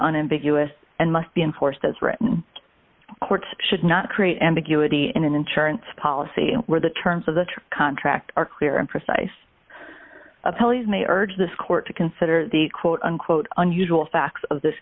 unambiguous and must be enforced as written court should not create ambiguity in an insurance policy where the terms of the contract are clear and precise a police may urge this court to consider the quote unquote unusual facts of this